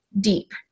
deep